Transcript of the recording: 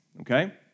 Okay